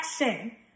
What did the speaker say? Action